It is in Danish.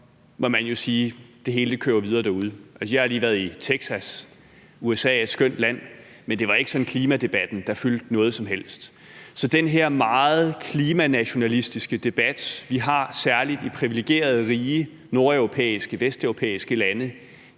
må man jo sige, at det hele kører videre derude. Altså, jeg har lige været i Texas. USA er et skønt land, men det var ikke sådan klimadebatten, der fyldte noget som helst. Så den her meget klimanationalistiske debat, vi har, særlig i rige, privilegerede nordeuropæiske og vesteuropæiske lande,